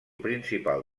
principal